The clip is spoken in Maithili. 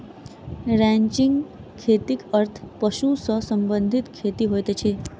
रैंचिंग खेतीक अर्थ पशु सॅ संबंधित खेती होइत अछि